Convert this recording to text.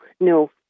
no